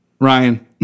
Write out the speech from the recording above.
Ryan